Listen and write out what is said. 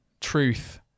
truth